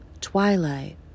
Twilight